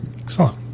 Excellent